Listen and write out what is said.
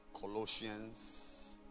Colossians